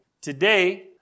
Today